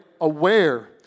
aware